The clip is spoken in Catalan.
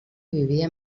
vivia